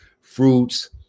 fruits